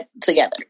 together